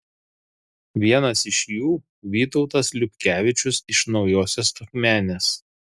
vienas iš jų vytautas liubkevičius iš naujosios akmenės